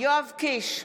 יואב קיש,